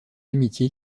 amitié